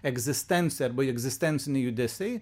egzistencija arba egzistenciniai judesiai